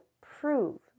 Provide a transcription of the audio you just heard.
prove